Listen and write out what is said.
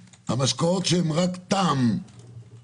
תודה רבה לך,